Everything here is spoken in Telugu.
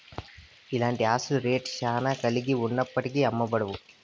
ఇలాంటి ఆస్తుల రేట్ శ్యానా కలిగి ఉన్నప్పటికీ అమ్మబడవు